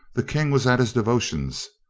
the king was at his devotions.